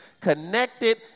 connected